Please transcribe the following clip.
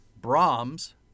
Brahms